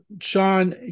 Sean